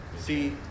See